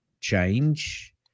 Change